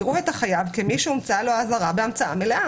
יראו את החייב כמי שהומצאה לו האזהרה בהמצאה מלאה".